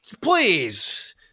please